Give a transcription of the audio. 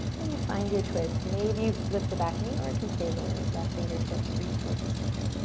and you find your twist. maybe you lift the back knee, or it can stay lowered. left fingertips reach towards the sky.